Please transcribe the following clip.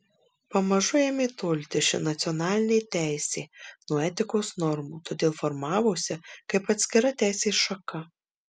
pamažu ėmė tolti ši nacionalinė teisė nuo etikos normų todėl formavosi kaip atskira teisės šaka